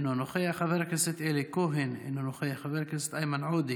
אינו נוכח, חבר הכנסת אלי כהן,